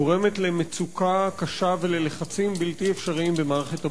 גורמת למצוקה קשה וללחצים בלתי אפשריים במערכת הבריאות.